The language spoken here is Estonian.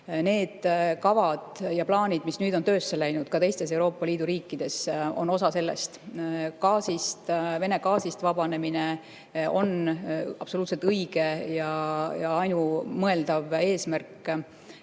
Need kavad ja plaanid, mis nüüd on töösse läinud ka teistes Euroopa Liidu riikides, on osa sellest. Vene gaasist vabanemine on absoluutselt õige ja ainumõeldav eesmärk.